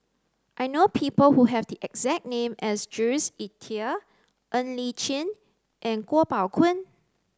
I know people who have the exact name as Jules Itier Ng Li Chin and Kuo Pao Kun